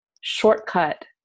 shortcut